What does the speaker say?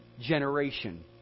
generation